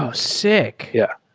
ah sick! yeah.